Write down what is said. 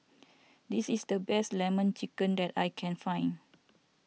this is the best Lemon Chicken that I can find